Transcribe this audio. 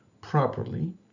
properly